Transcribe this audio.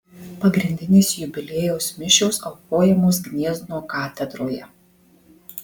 pagrindinės jubiliejaus mišios aukojamos gniezno katedroje